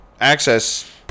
access